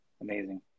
Amazing